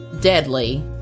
deadly